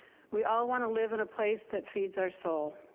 we all want to live in a place that feeds our soul.